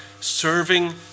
serving